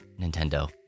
Nintendo